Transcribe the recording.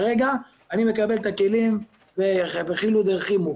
כרגע אני מקבל את הכלים בדחילו רחימו,